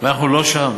ואנחנו לא שם.